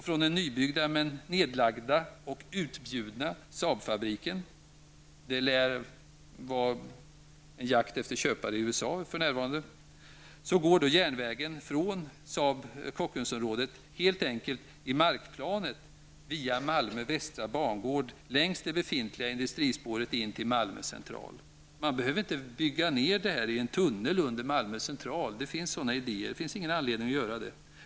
Från den nybyggda men nedlagda och utbjudna -- det lär för närvarande vara en jakt på köpare i USA -- Saab-fabriken går järnvägen helt enkelt i markplanet via Malmö västra bangård längs det befintliga industrispåret in till Malmö Central. Man behöver inte bygga ned detta i en tunnel under Malmö Central. Det finns sådana idéer, men det finns ingen anledning att göra det.